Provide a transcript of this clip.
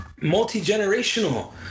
Multi-generational